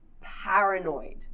paranoid